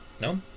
No